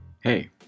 hey